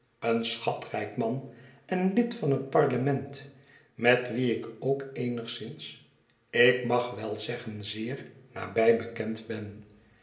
een schatrijk man en lid van het parlement met wien ik ook eenigszins ik mag wel zeggen zeer nabij bekend ben